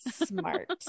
smart